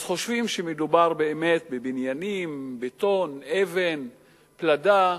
אנשים חושבים שמדובר בבניינים, בטון, אבן, פלדה.